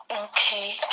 Okay